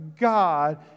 God